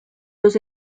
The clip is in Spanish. los